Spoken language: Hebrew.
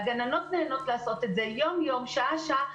והגננות נהנות לעשות את זה יום יום שעה שעה,